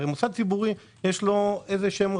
הרי למוסד ציבורי יש רציונל,